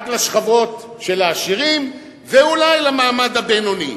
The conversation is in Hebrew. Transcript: רק לשכבות של העשירים ואולי למעמד הבינוני.